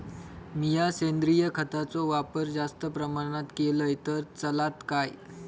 मीया सेंद्रिय खताचो वापर जास्त प्रमाणात केलय तर चलात काय?